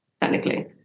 technically